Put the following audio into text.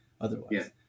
otherwise